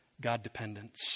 God-dependence